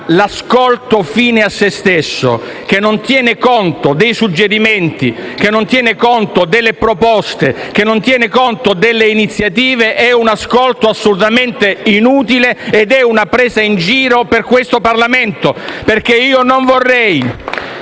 l'ascolto fine a se stesso, che non tiene conto dei suggerimenti, delle proposte, delle iniziative, è assolutamente inutile ed è una presa in giro per questo Parlamento. *(Applausi dal Gruppo